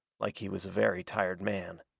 like he was a very tired man.